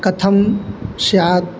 कथं स्यात्